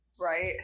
right